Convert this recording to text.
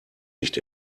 nicht